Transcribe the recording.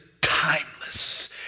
timeless